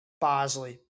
Bosley